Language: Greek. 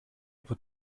από